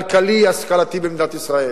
כלכלי, השכלתי, במדינת ישראל.